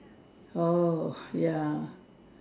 oh ya